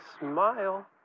Smile